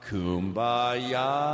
Kumbaya